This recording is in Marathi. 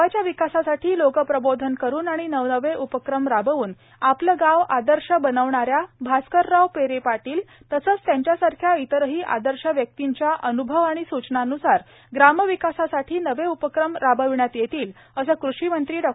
गावाच्या विकासासाठी लोकप्रबोधन करून आणि नवनवे उपक्रम राबवून आपले गाव आदर्श बनविणाऱ्या भास्करराव पेरे पाटील तसेच त्यांच्यासारख्या इतरही आदर्श व्यक्तींच्या अनुभव आणि सुचनांनुसार ग्रामविकासासाठी नवे उपक्रम राबविण्यात येतील असे कृषीमंत्री डॉ